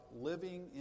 living